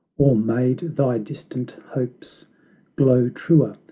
or made thy distant hopes glow truer,